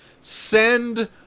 send